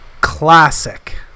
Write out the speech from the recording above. classic